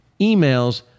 emails